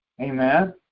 Amen